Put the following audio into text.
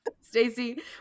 Stacey